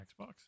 Xbox